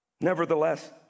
Nevertheless